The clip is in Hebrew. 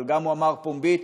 אבל הוא גם אמר פומבית,